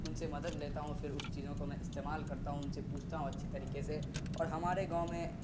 ان سے مدد لیتا ہوں پھر اس چیزوں کو میں استعمال کرتا ہوں ان سے پوچھتا ہوں اچھی طریقے سے اور ہمارے گاؤں میں